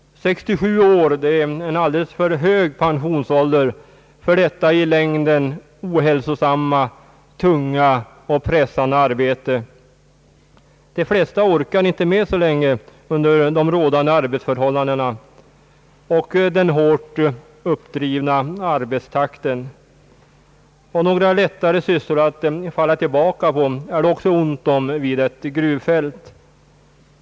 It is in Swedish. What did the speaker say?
67 år är en alldeles för hög pensionsålder för detta i längden ohälsosamma, tunga och pressande arbete. De flesta orkar under de rådande arbetsförhållandena och den hårt uppdrivna arbetstakten inte så länge, och lättare sysslor att falla tillbaka på är det ont om vid ett gruvfält.